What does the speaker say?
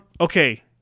okay